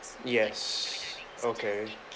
yes okay